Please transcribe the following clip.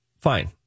Fine